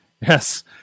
Yes